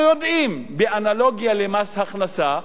אנחנו יודעים, באנלוגיה למס הכנסה,